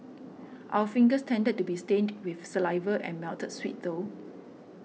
our fingers tended to be stained with saliva and melted sweet though